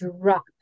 drop